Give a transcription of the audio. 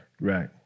Right